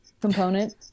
component